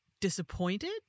disappointed